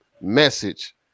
message